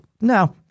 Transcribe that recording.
no